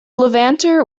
levanter